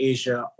Asia